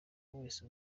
wese